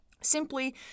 simply